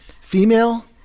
Female